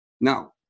Now